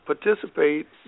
participate